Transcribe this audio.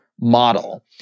model